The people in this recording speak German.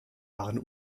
waren